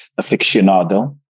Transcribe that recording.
aficionado